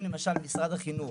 אם למשל משרד החינוך,